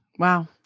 Wow